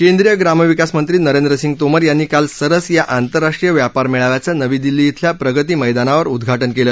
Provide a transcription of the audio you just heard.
केंद्रीय ग्रामविकासमंत्री नरेंद्र सिंग तोमर यांनी काल सरस या आंतरराष्ट्रीय व्यापार मेळाव्याचं नवी दिल्ली धिल्या प्रगती मैदानात उद्वाटन केलं